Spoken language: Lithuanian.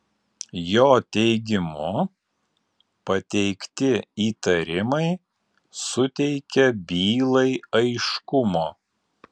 jo teigimu pateikti įtarimai suteikia bylai aiškumo